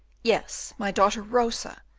yes, my daughter rosa,